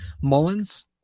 Mullins